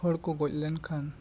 ᱦᱚᱲ ᱠᱚ ᱜᱚᱡ ᱞᱮᱱ ᱠᱷᱟᱱ